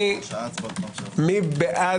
מי בעד